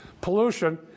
pollution